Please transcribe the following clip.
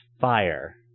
fire